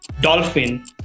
Dolphin